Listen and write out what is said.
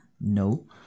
no